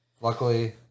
Luckily